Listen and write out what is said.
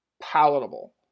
palatable